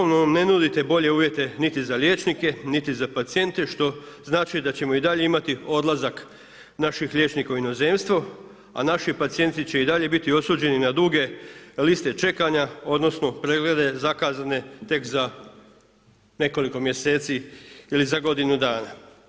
Zakonom nam ne nudite bolje uvjete niti za liječnike, niti za pacijente što znači da ćemo i dalje imati odlazak naših liječnika u inozemstvo a naši pacijenti će i dalje biti osuđeni na duge liste čekanja, odnosno preglede zakazane tek za nekoliko mjeseci ili za godinu dana.